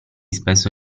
spesso